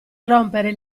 rompere